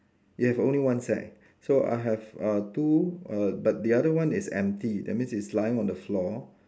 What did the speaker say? you have only one sack so I have uh two uh but the other one is empty that means it's lying on the floor